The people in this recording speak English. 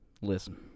Listen